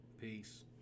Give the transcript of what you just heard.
Peace